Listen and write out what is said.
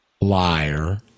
liar